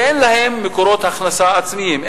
כי אין להן מקורות הכנסה עצמיים.